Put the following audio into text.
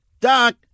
Doc